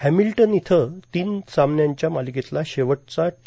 Hamilton इथं तीन सामन्यांच्या मालिकेतल्या शेवटच्या टी